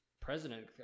president